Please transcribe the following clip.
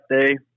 day